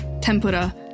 tempura